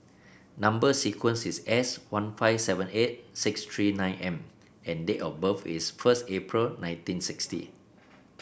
number sequence is S one five seven eight six three nine M and date of birth is first April nineteen sixty